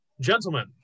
gentlemen